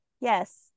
yes